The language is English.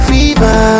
Fever